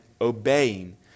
obeying